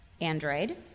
Android